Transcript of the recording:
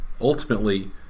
ultimately